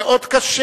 זה מאוד קשה,